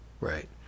Right